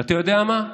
ואתה יודע מה?